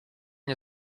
nie